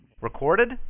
recorded